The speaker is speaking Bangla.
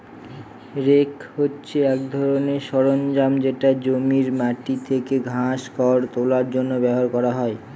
রেক হছে এক ধরনের সরঞ্জাম যেটা জমির মাটি থেকে ঘাস, খড় তোলার জন্য ব্যবহার করা হয়